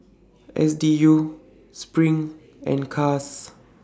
S D U SPRING and Caas